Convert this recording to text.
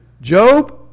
Job